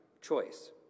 choice